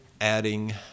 adding